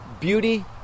beauty